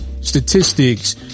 statistics